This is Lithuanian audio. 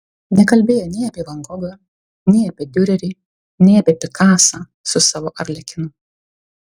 nekalbėjo nei apie van gogą nei apie diurerį nei apie pikasą su savo arlekinu